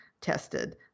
tested